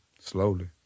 slowly